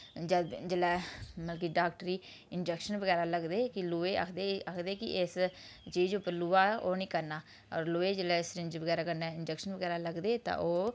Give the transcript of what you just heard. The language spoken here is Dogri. जद जेल्लै मतबल कि डाक्टर बी इंजैक्शन बगैरा लगदे कि लोहे आखदे कि इस चीज़ उप्पर लोहा ओह् नी करना लोहे गी जिल्लै सरिंज बगैरा कन्नै इंजैक्शन बगैरा लगदे तां ओह्